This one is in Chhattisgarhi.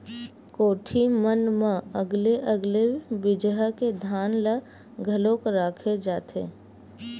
कोठी मन म अलगे अलगे बिजहा के धान ल घलोक राखे जाथेन